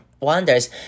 wonders